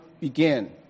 begin